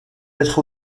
être